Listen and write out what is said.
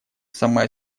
сама